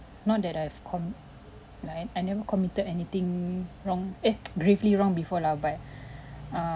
not that I've com~ and I never committed anything wrong eh gravely wrong before lah but err